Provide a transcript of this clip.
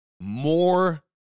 more